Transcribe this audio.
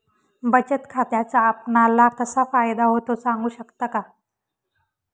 बचत खात्याचा आपणाला कसा फायदा होतो? सांगू शकता का?